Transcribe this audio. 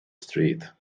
street